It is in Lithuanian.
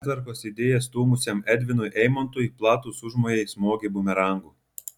pertvarkos idėją stūmusiam edvinui eimontui platūs užmojai smogė bumerangu